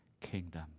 kingdom